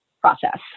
process